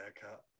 haircut